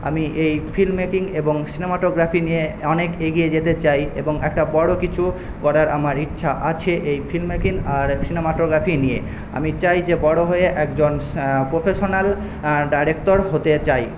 আমি এই film making এবং সিনেমাটোগ্রাফি নিয়ে অনেক এগিয়ে যেতে চাই এবং একটা বড়ো কিছু করার আমার ইচ্ছা আছে এই ফিল্ম মেকিং আর সিনেমাটোগ্রাফি নিয়ে আমি চাই যে বড়ো হয়ে একজন প্রফেশানাল ডায়রেক্টর হতে চাই